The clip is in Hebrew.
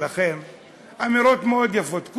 אמירות מאוד יפות,